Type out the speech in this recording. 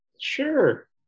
Sure